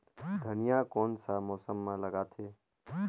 धनिया कोन सा मौसम मां लगथे?